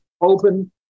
open